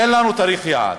אין לנו תאריך יעד.